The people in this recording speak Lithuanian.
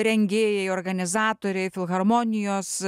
rengėjai organizatoriai filharmonijos